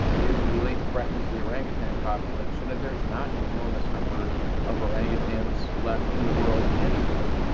it really threatens the orangutan population, and there's not an enormous number of orangutans left in the world anyway,